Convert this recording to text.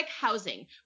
housing